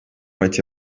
maç